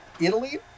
italy